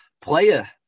player